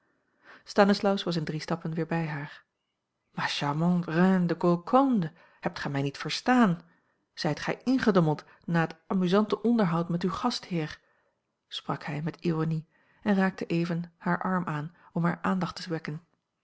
stanislaus was in drie stappen weer bij haar ma charmante reine de golconde hebt gij mij niet verstaan zijt gij ingedommeld na het amusante onderhoud met uw gastheer a l g bosboom-toussaint langs een omweg sprak hij met ironie en raakte even haar arm aan om hare aandacht te